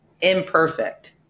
imperfect